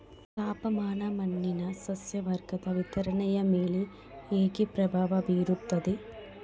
ತಾಪಮಾನ ಮಣ್ಣಿನ ಸಸ್ಯವರ್ಗದ ವಿತರಣೆಯ ಮೇಲೆ ಹೇಗೆ ಪ್ರಭಾವ ಬೇರುತ್ತದೆ?